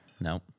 no